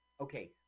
okay